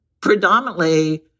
predominantly